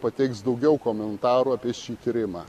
pateiks daugiau komentarų apie šį tyrimą